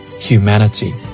Humanity